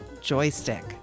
Joystick